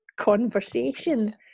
conversation